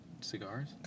cigars